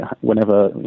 whenever